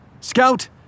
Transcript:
Scout